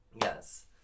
yes